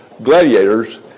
Gladiators